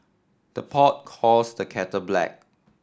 the pot calls the kettle black